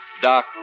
Doc